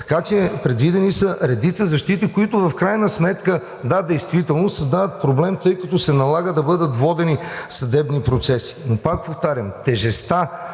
Така че предвидени са редица защити, които в крайна сметка, да, действително създават проблем, тъй като се налага да бъдат водени съдебни процеси, но пак повтарям, тежестта